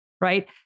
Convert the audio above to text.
right